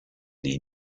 les